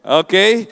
okay